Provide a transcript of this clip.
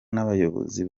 n’abayobozi